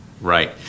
Right